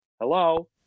Hello